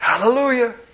Hallelujah